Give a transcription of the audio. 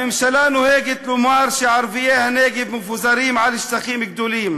הממשלה נוהגת לומר שערביי הנגב מפוזרים על שטחים גדולים,